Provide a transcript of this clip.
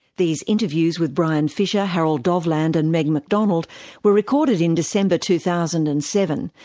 these interviews with brian fisher, harold dovland and meg mcdonald were recorded in december two thousand and seven,